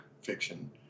fiction